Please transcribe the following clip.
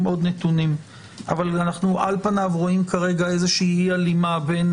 עוד נתונים אבל על פניו אנו רואים אי הלימה בין